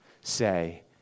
say